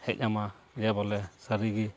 ᱦᱮᱡ ᱧᱟᱢᱟ ᱡᱮ ᱵᱚᱞᱮ ᱥᱟᱹᱨᱤᱜᱮ